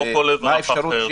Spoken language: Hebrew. הם מחויבים כמו כל אזרח אחר.